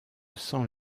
sens